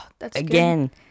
again